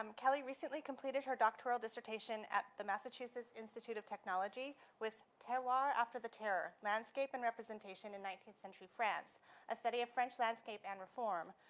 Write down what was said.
um kelly recently completed her doctoral dissertation at the massachusetts institute of technology with terroir after the terror. landscape and representation in nineteenth century a ah study of french landscape and reform.